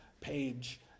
page